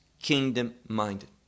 kingdom-minded